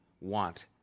want